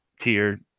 tier